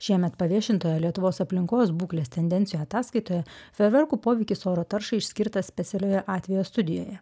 šiemet paviešintoje lietuvos aplinkos būklės tendencijų ataskaitoje ferverkų poveikis oro taršai išskirtas specialioje atvejo studijoje